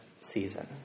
season